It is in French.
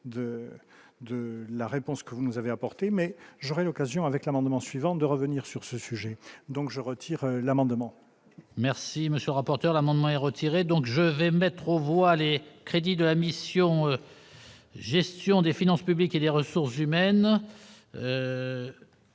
de la réponse que vous nous avez apporté mais j'aurais l'occasion avec l'amendement suivant de revenir sur ce sujet donc je retire l'amendement. Merci monsieur rapporteur amendement est retiré, donc je vais mettre aux voix, les crédits de la mission. Gestion des finances publiques et des ressources humaines